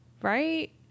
right